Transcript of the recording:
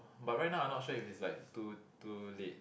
but right now I not sure if it's like too too late